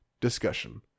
discussion